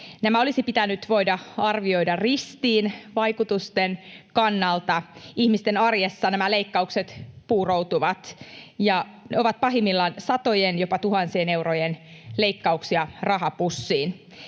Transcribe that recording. Nämä olisi pitänyt voida arvioida ristiin vaikutusten kannalta. Ihmisten arjessa nämä leikkaukset puuroutuvat, ja ne ovat pahimmillaan satojen, jopa tuhansien eurojen leikkauksia rahapussiin.